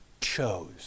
chose